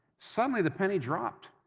suddenly, the penny dropped.